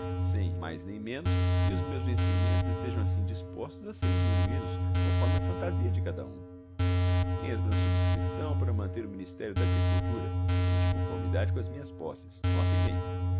sem mais nem menos e os meus vencimentos estejam assim dispostos a serem diminuídos conforme a fantasia de cada um entro na subscrição para manter o ministério da agricultura mas de conformidade com as minhas posses notem bem